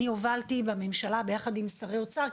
הובלתי בממשלה ביחד שרי האוצר,